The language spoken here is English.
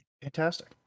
Fantastic